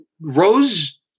Rose